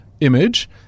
image